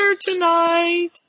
tonight